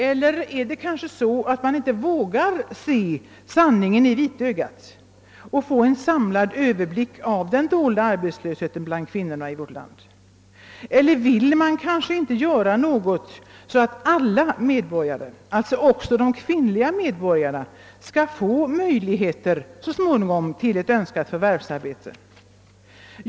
Eller vågar man inte se sanningen i vitögat för att få en samlad överblick av den dolda arbetslösheten bland kvinnorna i vårt land? Vill man kanske inte göra något så att alla medborgare, alltså även de kvinnliga, så småningom skall få möjlighet till ett önskat förvärvsarbete?